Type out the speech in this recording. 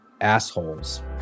assholes